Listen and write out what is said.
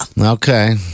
Okay